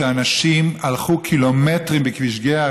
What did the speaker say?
ואנשים הלכו קילומטרים בכביש גהה,